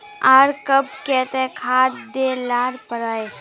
आर कब केते खाद दे ला पड़तऐ?